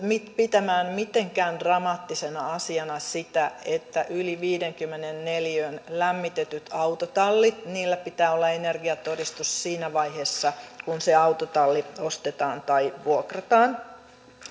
pitämään mitenkään dramaattisena asiana sitä että yli viidenkymmenen neliön lämmitetyillä autotalleilla pitää olla energiatodistus siinä vaiheessa kun se autotalli ostetaan tai vuokrataan